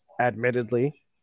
admittedly